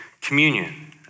communion